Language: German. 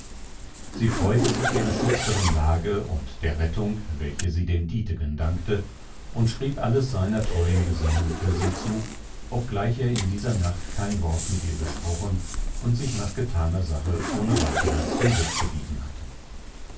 sie freute sich der geschützteren lage und der rettung welche sie dem dietegen dankte und schrieb alles seiner treuen gesinnung für sie zu obgleich er in dieser nacht kein wort mit ihr gesprochen und sich nach getaner sache ohne weiteres hinwegbegeben hatte